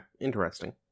interesting